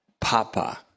papa